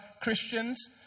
Christians